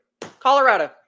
Colorado